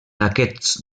aquests